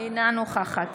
אינה נוכחת